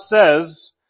says